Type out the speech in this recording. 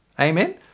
Amen